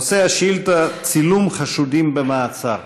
נושא השאילתה: צילום חשודים במעצר.